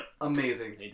amazing